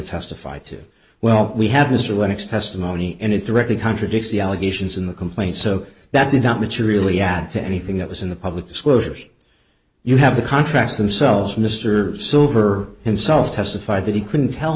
testify to well we had mr lennox testimony and it directly contradicts the allegations in the complaint so that did not materially add to anything that was in the public disclosures you have the contracts themselves mr silver himself testified that he couldn't tell